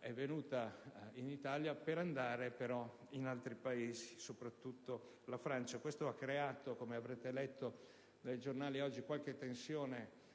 è venuta in Italia per andare in altri Paesi, soprattutto in Francia. Questo ha creato - come avrete letto oggi sui giornali - qualche tensione